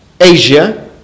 Asia